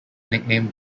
nicknamed